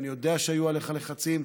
ואני יודע שהיו עליך לחצים,